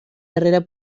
darrera